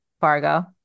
Fargo